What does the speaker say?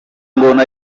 ingona